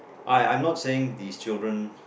I I'm not saying these children